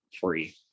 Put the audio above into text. free